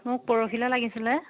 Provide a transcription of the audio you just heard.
মোক পৰহিলৈ লাগিছিলে